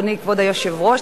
אדוני כבוד היושב-ראש,